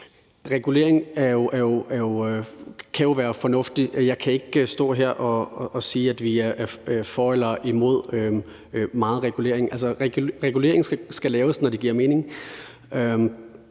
Regulering kan jo være fornuftig. Jeg kan ikke stå her og sige, at vi er for eller imod meget regulering. Altså, regulering skal laves, når det giver mening.